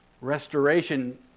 restoration